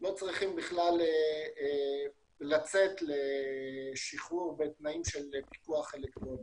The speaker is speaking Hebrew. לא צריכים בכלל לצאת לשחרור בתנאים של פיקוח אלקטרוני.